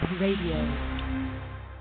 Radio